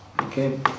Okay